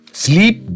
sleep